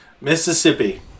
mississippi